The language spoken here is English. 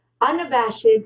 unabashed